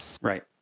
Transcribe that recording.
Right